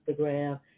Instagram